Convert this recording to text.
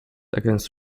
against